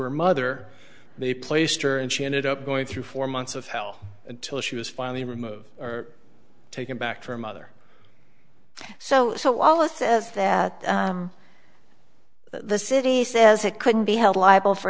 her mother they placed her and she ended up going through four months of hell until she was finally removed or taken back to her mother so the law lets says that the city says it couldn't be held liable for